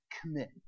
commit